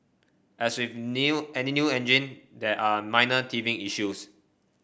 as with new any new engine there are minor teething issues